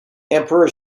emperor